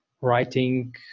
writing